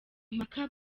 mpaka